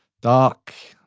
dark,